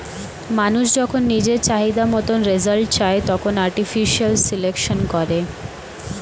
মানুষ যখন নিজের চাহিদা মতন রেজাল্ট চায়, তখন আর্টিফিশিয়াল সিলেকশন করে